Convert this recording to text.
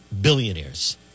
billionaires